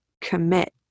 commit